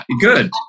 good